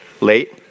late